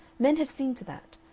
men have seen to that.